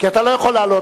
כי אתה לא יכול לעלות,